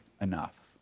enough